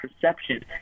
perception